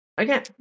Okay